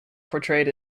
portrayed